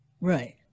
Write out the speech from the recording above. Right